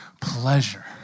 pleasure